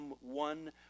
one